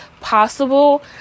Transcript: possible